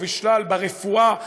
ברפואה,